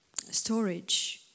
storage